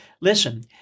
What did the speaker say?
Listen